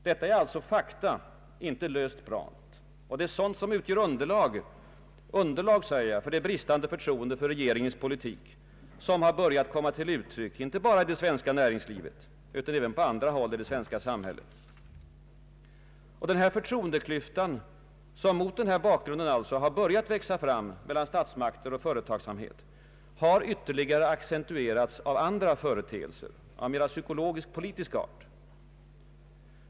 Det är alltså fakta — inte löst prat — som utgör underlag — underlag säger jag — för det bristande förtroende för regeringens politik som har börjat komma till uttryck inte bara i det svenska näringslivet utan också på andra håll i det svenska samhället. Den förtroendeklyfta som mot denna bakgrund har börjat växa fram mellan statsmakter och företagsamhet har ytterligare accentuerats av andra företeelser av mera psykologisk-politisk art.